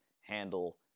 handle